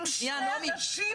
עם שני אנשים?